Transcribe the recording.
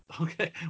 Okay